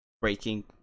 breaking